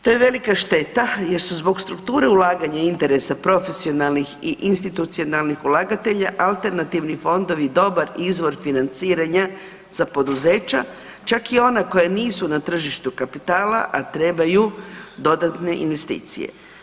To je velika šteta jer su zbog strukture ulaganja i interesa profesionalnih i institucionalnih ulagatelja alternativni fondovi dobar izvor financiranja za poduzeća, čak i ona koja nisu na tržištu kapitala, a trebaju dodatne investicije.